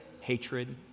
hatred